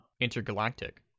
Intergalactic